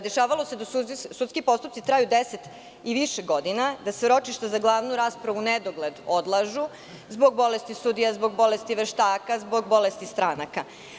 Dešavalo se da sudski postupci traju 10 i više godina, da su ročišta za glavnu raspravu u nedogled odlažu zbog bolesti sudija, zbog bolesti veštaka, zbog bolesti stranaka.